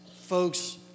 folks